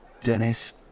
Dennis